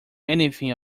anything